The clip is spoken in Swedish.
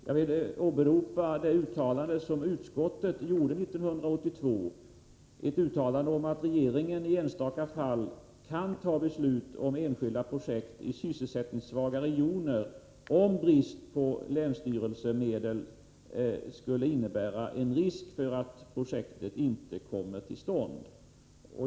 Jag vill åberopa det uttalande som utskottet gjorde 1982 om att regeringen i enstaka fall kan fatta beslut om enskilda projekt i sysselsättningssvaga regioner, om brist på länsstyrelsemedel skulle innebära en risk för att projektet inte skulle komma till stånd.